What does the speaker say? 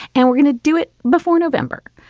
and we're going to do it before november.